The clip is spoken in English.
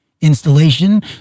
installation